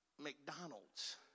McDonald's